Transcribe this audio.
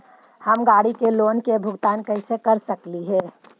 हम गाड़ी के लोन के भुगतान कैसे कर सकली हे?